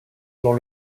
dans